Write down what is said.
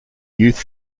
youth